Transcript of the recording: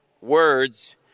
words